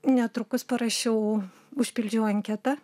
netrukus parašiau užpildžiau anketą